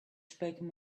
spoken